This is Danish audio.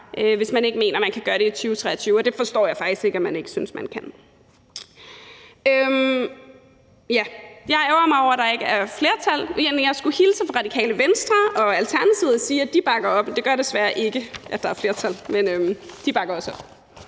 hvis man ikke mener, man kan gøre det i 2023, og det forstår jeg faktisk ikke at man ikke synes man kan. Jeg ærgrer mig over, at der ikke er et flertal. Jeg skulle hilse fra Radikale Venstre og Alternativet og sige, at de bakker op om det, men det gør desværre ikke, at der er flertal; men de bakker også op